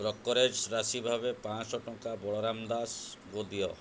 brokerage ରାଶି ଭାବେ ପାଞ୍ଚଶହ ଟଙ୍କା ବଳରାମ ଦାସଙ୍କୁ ଦିଅ